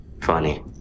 Funny